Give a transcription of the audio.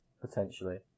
potentially